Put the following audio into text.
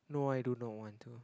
no I do not want to